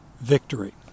victory